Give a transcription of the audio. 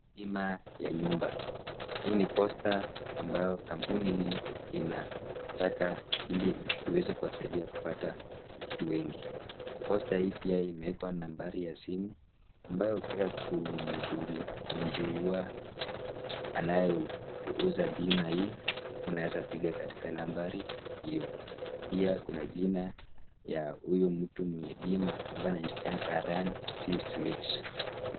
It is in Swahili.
Bima ya nyumba, hii ni posta ambayo kampuni hii inataka ili iweze kuwasaidia kupata watu wengi. Posta hii pia imewekwa nambari ya simu, ambayo ukitaka kumjua anayo uza bima hii, unaweza kupiga katika nambari hio. Pia kuna jina ya huyo mtu mwenye bima ambaye anajulikana kama Ryan.C.Smith.